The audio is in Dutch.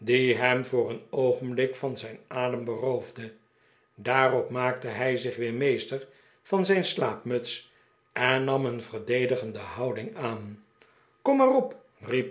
hem voor een oogenblik van zijn adem beroefde daarop maakte hij zich weer meester van zijn slaapmuts en nam een verdedigende houding aan kom maar op